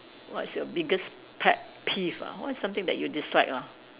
what's your biggest pet peeve ah what is something that you dislike lah